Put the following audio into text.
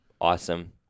awesome